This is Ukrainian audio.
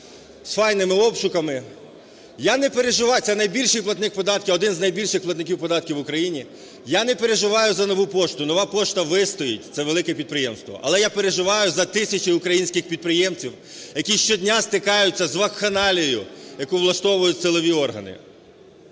податків в Україні. Я не переживаю за "Нову пошту", "Нова пошта" вистоїть, це велике підприємство. Але я переживаю за тисячі українських підприємців, які щодня стикаються з вакханалією, яку влаштовують силові органи.